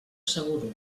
asseguro